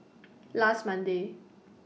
last Monday